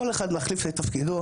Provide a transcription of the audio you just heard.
כל אחד מחליף את תפקידו.